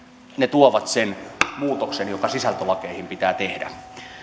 tuovat sen muutoksen joka sisältölakeihin pitää tehdä